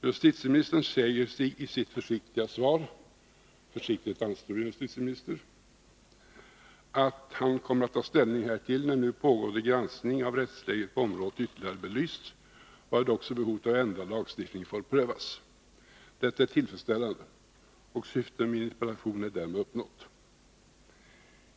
Justitieministern säger sig i sitt försiktiga svar — försiktighet anstår ju en justitieminister — komma att ta ställning härtill när nu pågående granskning av rättsläget på området ytterligare belysts, varvid också behovet av ändrad lagstiftning får prövas. Detta är tillfredsställande, och syftet med min interpellation är därmed uppnått.